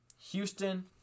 Houston